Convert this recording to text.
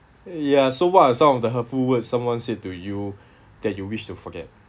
ya so what are some of the hurtful words someone said to you that you wish to forget